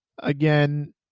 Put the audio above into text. Again